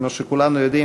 כמו שכולנו יודעים,